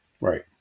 Right